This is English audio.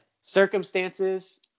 circumstances